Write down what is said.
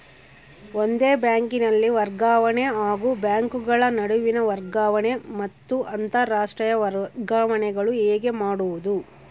ಒಂದೇ ಬ್ಯಾಂಕಿನಲ್ಲಿ ವರ್ಗಾವಣೆ ಹಾಗೂ ಬ್ಯಾಂಕುಗಳ ನಡುವಿನ ವರ್ಗಾವಣೆ ಮತ್ತು ಅಂತರಾಷ್ಟೇಯ ವರ್ಗಾವಣೆಗಳು ಹೇಗೆ ಮಾಡುವುದು?